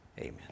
amen